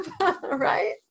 Right